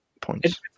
points